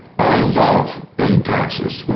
i love paying taxes,